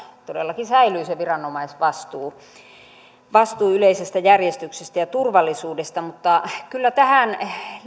todellakin säilyy se viranomaisvastuu yleisestä järjestyksestä ja turvallisuudesta mutta kyllä tähän